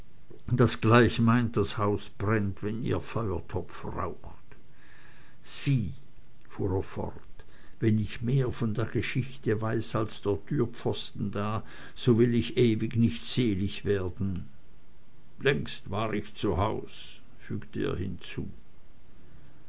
das gleich meint das haus brennt wenn ihr feuertopf raucht sieh fuhr er fort wenn ich mehr von der geschichte weiß als der türpfosten da so will ich ewig nicht selig werden längst war ich zu haus fügte er hinzu